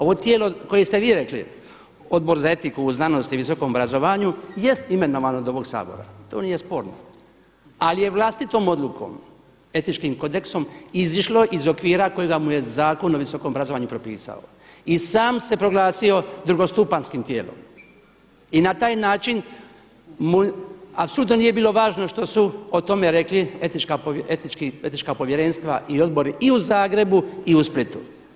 Ovo tijelo koje ste vi rekli Odbor za etiku u znanosti i visokom obrazovanju jest imenovan od ovog Sabora, to nije sporno ali je vlastitom odlukom etičkim kodeksom izišlo iz okvira kojeg mu je Zakon o visokom obrazovanju propisao i sam se proglasio drugostupanjskim tijelom i na taj način mu, a sudu nije bilo važno što su o tome rekla etička povjerenstva i odbori i u Zagrebu i u Splitu.